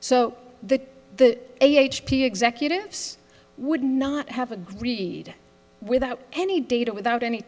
so that the h p executives would not have agreed without any data without any